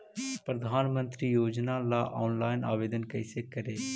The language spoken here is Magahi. प्रधानमंत्री योजना ला ऑनलाइन आवेदन कैसे करे?